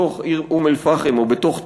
בתוך אום-אלפחם או בתוך טייבה,